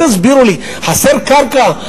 אולי תסבירו לי, חסר קרקע?